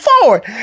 forward